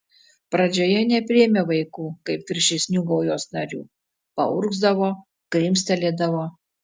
pradžioje nepriėmė vaikų kaip viršesnių gaujos narių paurgzdavo krimstelėdavo